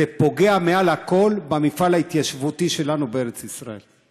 זה פוגע מעל הכול במפעל ההתיישבותי שלנו בארץ ישראל.